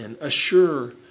assure